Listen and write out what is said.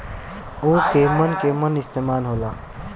उव केमन केमन इस्तेमाल हो ला?